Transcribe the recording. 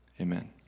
Amen